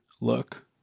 look